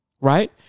right